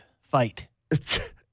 fight